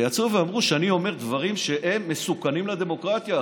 ויצאו ואמרו שאני אומר דברים מסוכנים לדמוקרטיה,